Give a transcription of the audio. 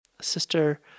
sister